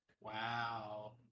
Wow